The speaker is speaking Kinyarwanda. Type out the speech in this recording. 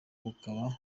bukaba